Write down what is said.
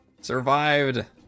survived